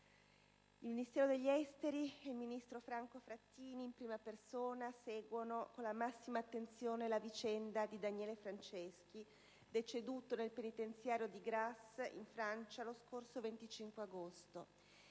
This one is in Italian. Il Ministero degli affari esteri, e il ministro Franco Frattini in prima persona, seguono con la massima attenzione la vicenda di Daniele Franceschi, deceduto nel penitenziario di Grasse, in Francia, lo scorso 25 agosto.